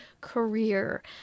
career